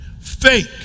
Fake